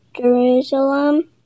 Jerusalem